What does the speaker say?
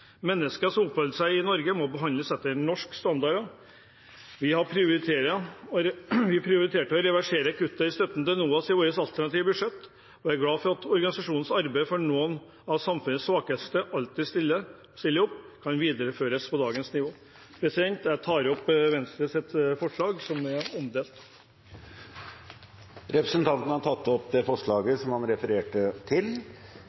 Mennesker som oppholder seg i Norge, må behandles etter norske standarder. Vi prioriterte å reversere kuttet i støtten til NOAS i vårt alternative budsjett – en organisasjon som alltid stiller opp – og er glade for at organisasjonens arbeid for noen av samfunnets svakeste kan videreføres på dagens nivå. Jeg tar opp Venstres forslag, som er omdelt. Representanten André Skjelstad har tatt opp det forslaget han refererte til.